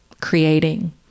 creating